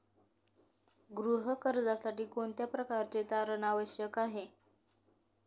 गृह कर्जासाठी कोणत्या प्रकारचे तारण आवश्यक आहे?